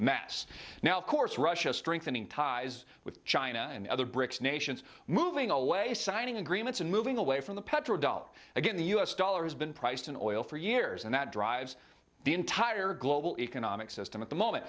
mess now of course russia strengthening ties with china and other brics nations moving away signing agreements and moving away from the petro dollar again the us dollar has been priced in oil for years and that drives the entire global economic system at the moment